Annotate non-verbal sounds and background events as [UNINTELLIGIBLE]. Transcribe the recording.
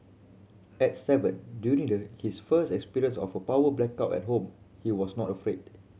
at seven during [UNINTELLIGIBLE] his first experience of a power blackout at home he was not afraid